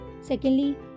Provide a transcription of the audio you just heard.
Secondly